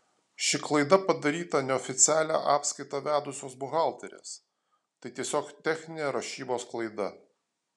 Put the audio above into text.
ši klaida padaryta neoficialią apskaitą vedusios buhalterės tai tiesiog techninė rašybos klaida